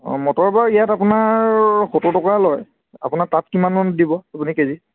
অঁ মটৰ বাৰু ইয়াত আপোনাৰ সতৰ টকা লয় আপোনাৰ তাত কিমান দিব আপুনি কেজি